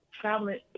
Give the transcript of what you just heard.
traveling